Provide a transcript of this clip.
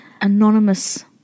anonymous